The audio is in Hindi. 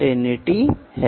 तो वहाँ डिस्क्रिपेंसी है